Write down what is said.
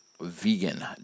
vegan